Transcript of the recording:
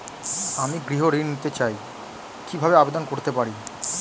আমি গৃহ ঋণ নিতে চাই কিভাবে আবেদন করতে পারি?